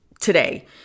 today